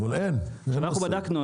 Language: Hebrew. אנחנו בדקנו,